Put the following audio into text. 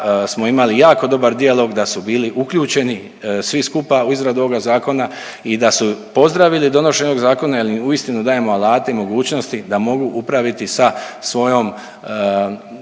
smo imali jako dobar dijalog, da su bili uključeni svi skupa u izradu ovoga zakona i da su pozdravili donošenje ovog zakona jel im uistinu dajemo alate i mogućnosti da mogu upraviti sa svojom